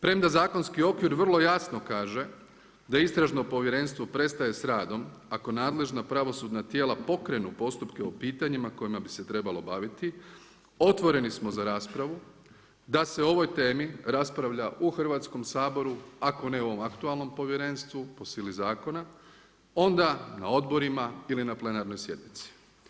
Premda zakonski okvir vrlo jasno kaže, da istražno povjerenstvo prestaje s radom, ako nadležno pravosudna tijela pokrenu postupke o pitanjima kojima bi se trebalo baviti, otvoreni smo za raspravu, da se o ovoj temi raspravlja u Hrvatskom saboru, ako ne u ovom aktualnom povjerenstvu, po sili zakona, onda na odborima ili na plenarnoj sjednici.